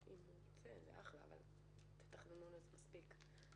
במרבית המקרים, שוב זה נפתר מנהלית.